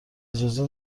اجازه